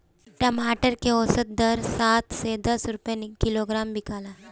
टमाटर के औसत दर सात से दस रुपया किलोग्राम बिकला?